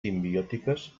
simbiòtiques